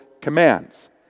commands